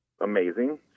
Amazing